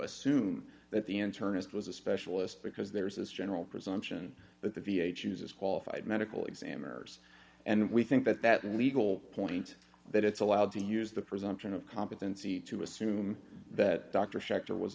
assume that the internist was a specialist because there is this general presumption that the v a chooses qualified medical examiners and we think that that legal point that it's allowed to use the presumption of competency to assume that dr schachter was